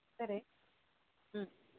సరే